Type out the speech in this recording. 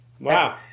Wow